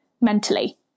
mentally